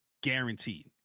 guaranteed